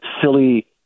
silly